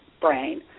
brain